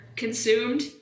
consumed